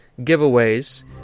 giveaways